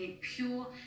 Pure